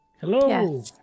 hello